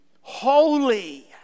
holy